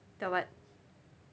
tell what